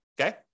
okay